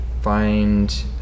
find